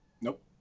Nope